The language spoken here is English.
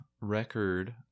record